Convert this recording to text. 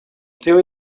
tiuj